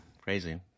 crazy